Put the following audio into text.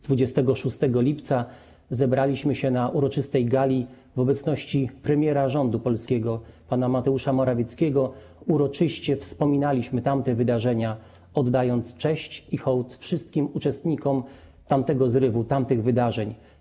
26 lipca zebraliśmy się na uroczystej gali w obecności premiera rządu polskiego pana Mateusza Morawieckiego, uroczyście wspominaliśmy tamte wydarzenia, oddając cześć i hołd wszystkim uczestnikom tamtego zrywu, tamtych wydarzeń.